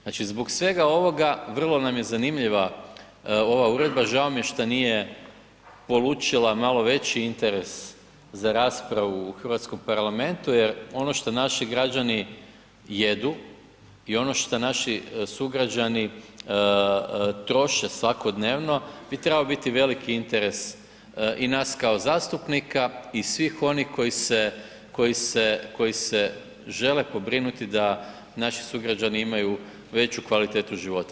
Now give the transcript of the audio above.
Znači zbog svega ovoga vrlo nam je zanimljiva ova uredba, žao mi je šta nije polučila malo veći interes za raspravu u Hrvatskom parlamentu jer ono šta naši građani jedu i ono što naši sugrađani troše svakodnevno bi trebao biti veliki interes i nas kao zastupnika i svih onih koji se žele pobrinuti da naši sugrađani imaju veću kvalitetu života.